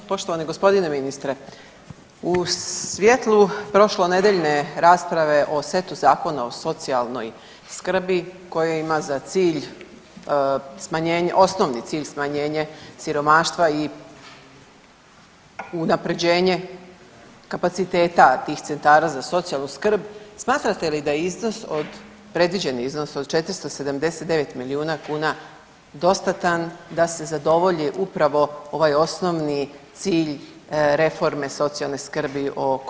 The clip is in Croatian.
Poštovani gospodine ministre u svjetlu prošlonedjeljne rasprave o setu zakona o socijalnoj skrbi koje ima za cilj, osnovni cilj smanjenje siromaštva i unapređenje kapaciteta tih centara za socijalnu skrb smatrate li da je iznos, predviđeni iznos od 479 milijuna kuna dostatan da se zadovolji upravo ovaj osnovni cilj reforme socijalne skrbi o kojoj smo razgovarali?